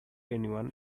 anyone